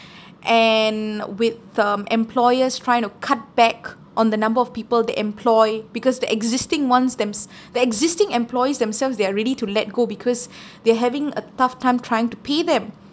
and with the um employers trying to cut back on the number of people they employ because the existing ones thems the existing employees themselves they are ready to let go because they're having a tough time trying to pay them